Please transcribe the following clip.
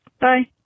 Bye